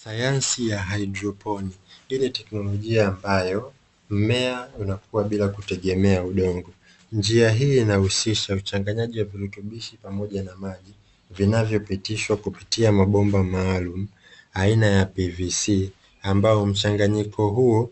Sayansi ya haidroponi. Hii ni teknolojia ambayo mmea unakuwa bila kutegemea udongo. Njia hii inahusisha uchanganyaji wa virutubishi pamoja na maji, vinavyopitishwa kupitia mabomba maalumu aina ya "PVC". Ambao mchanganyiko huo